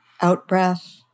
out-breath